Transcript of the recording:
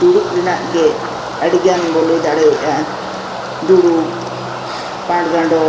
ᱫᱩᱲᱩᱵ ᱨᱮᱱᱟᱜ ᱜᱮ ᱟᱹᱰᱤᱜᱟᱱ ᱵᱚᱱ ᱞᱟᱹᱭ ᱫᱟᱲᱮᱭᱟᱜ ᱫᱩᱲᱩᱵ ᱯᱟᱰ ᱜᱟᱰᱳ